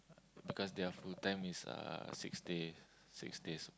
because their full time is uh six day six days